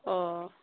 অঁ